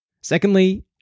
Secondly